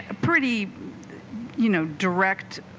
ah pretty you know direct